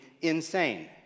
insane